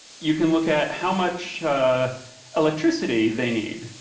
you can look at how much electricity they need,